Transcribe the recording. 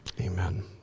Amen